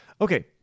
okay